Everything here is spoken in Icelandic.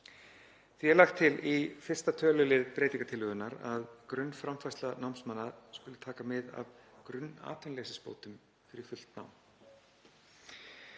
Því er lagt til í 1. tölulið breytingartillögunnar að grunnframfærsla námsmanna skuli taka mið af grunnatvinnuleysisbótum fyrir fullt nám.